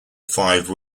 five